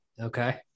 Okay